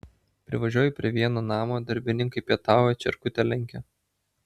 privažiuoju prie vieno namo darbininkai pietauja čierkutę lenkia